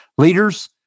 Leaders